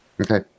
Okay